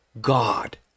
God